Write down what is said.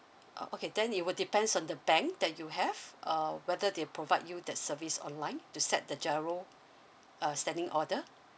oh okay then it will depends on the bank that you have err whether they provide you that service online to set the GIRO uh standing order